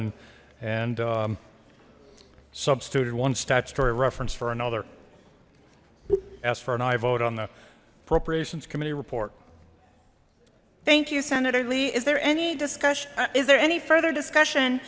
and and substituted one statutory reference for another asks for an aye vote on the appropriations committee report thank you senator lee is there any discussion is there any further discussion